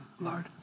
Lord